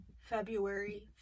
February